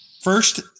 First